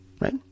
right